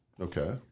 Okay